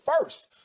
first